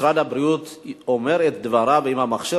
משרד הבריאות אומר את דברו אם המכשיר